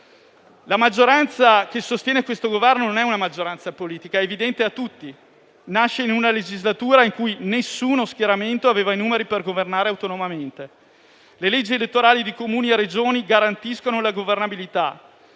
La maggioranza che sostiene il Governo non è politica, come è evidente a tutti. Nasce in una legislatura in cui nessuno schieramento aveva i numeri per governare autonomamente; le leggi elettorali di Comuni e Regioni garantiscono la governabilità,